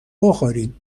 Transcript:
بخوریم